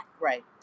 Right